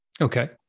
Okay